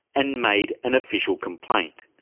and made an official complaint.